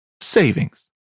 savings